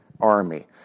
army